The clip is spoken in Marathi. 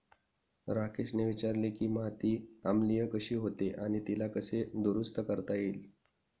राकेशने विचारले की माती आम्लीय कशी होते आणि तिला कसे दुरुस्त करता येईल?